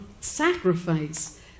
sacrifice